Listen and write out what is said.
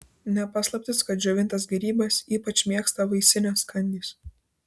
ne paslaptis kad džiovintas gėrybes ypač mėgsta vaisinės kandys